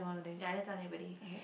ya I didn't tell anybody